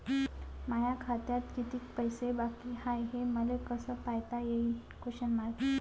माया खात्यात कितीक पैसे बाकी हाय हे मले कस पायता येईन?